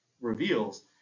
reveals